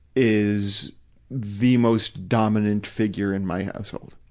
is the most dominant figure in my household.